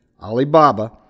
Alibaba